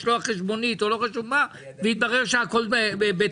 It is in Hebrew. לשלוח חשבונית או לא חשוב מה ויתברר שהכול בתקלה.